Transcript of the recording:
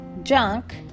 junk